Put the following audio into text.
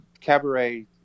cabaret